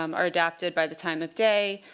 um are adapted by the time of day,